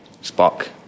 spark